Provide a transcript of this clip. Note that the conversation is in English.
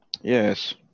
Yes